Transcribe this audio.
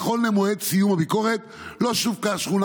נכון למועד סיום הביקורת לא שווקה שכונה